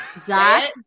zach